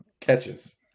catches